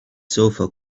sofa